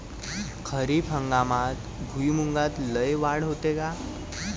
खरीप हंगामात भुईमूगात लई वाढ होते का?